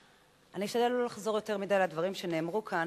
אני אשתדל לא לחזור יותר מדי על הדברים שנאמרו כאן.